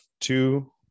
two